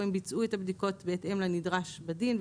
הם ביצעו את הבדיקות בהתאם לנדרש בדין,